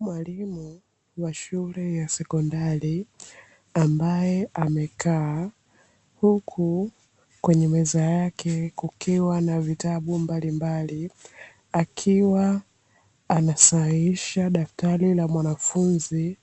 Mwalimu wa shule ya sekondari ambae amekaa, huku kwenye meza yake kukiwa na vitabu mbalimbali akiwa anasahihisha daftari la mwanafunzi